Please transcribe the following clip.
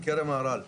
מכרם מהר"ל.